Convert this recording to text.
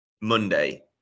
Monday